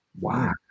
Wow